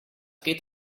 geht